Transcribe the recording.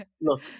look